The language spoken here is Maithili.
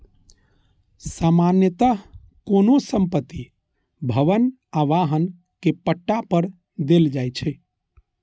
सामान्यतः कोनो संपत्ति, भवन आ वाहन कें पट्टा पर देल जाइ छै